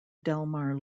delmar